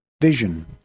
vision